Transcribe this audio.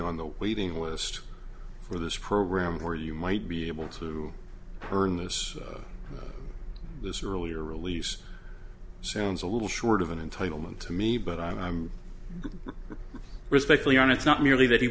on the waiting list for this program or you might be able to earn this this earlier release sounds a little short of an entitlement to me but i'm respectfully and it's not merely that he